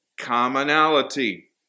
commonality